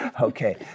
Okay